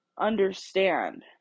understand